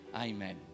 Amen